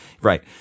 right